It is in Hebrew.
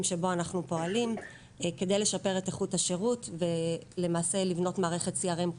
שבו אנחנו פועלים כדי לשפר את איכות השירות ולבנות מערכת CRM כוללת,